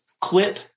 clip